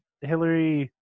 Hillary